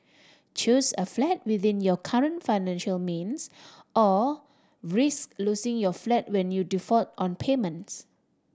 choose a flat within your current financial means or risk losing your flat when you default on payments